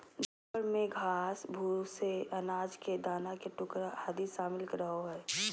गोबर में घास, भूसे, अनाज के दाना के टुकड़ा आदि शामिल रहो हइ